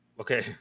okay